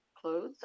clothes